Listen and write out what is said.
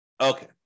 Okay